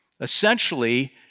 Essentially